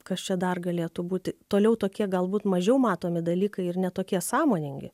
kas čia dar galėtų būti toliau tokie galbūt mažiau matomi dalykai ir ne tokie sąmoningi